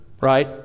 right